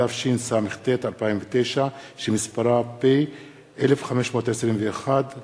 התשס"ט 2009, שמספרה פ/1521/18.